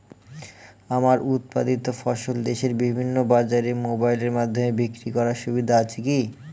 আমার উৎপাদিত ফসল দেশের বিভিন্ন বাজারে মোবাইলের মাধ্যমে বিক্রি করার সুবিধা আছে কি?